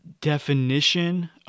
definition